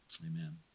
Amen